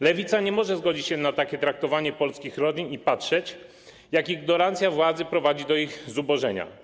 Lewica nie może zgodzić się na takie traktowanie polskich rodzin i patrzeć, jak ignorancja władzy prowadzi do ich zubożenia.